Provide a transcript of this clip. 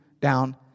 down